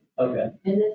Okay